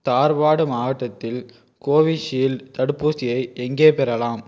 தார்வாடு மாவட்டத்தில் கோவிஷீல்டு தடுப்பூசியை எங்கே பெறலாம்